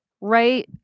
right